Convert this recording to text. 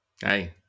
Hey